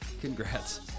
congrats